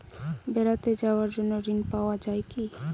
বেড়াতে যাওয়ার জন্য ঋণ পাওয়া যায় কি?